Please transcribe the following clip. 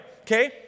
Okay